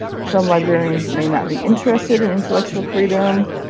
some librarians may not be interested in intellectual freedom.